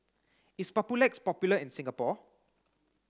is Papulex popular in Singapore